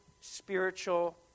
spiritual